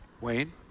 Wayne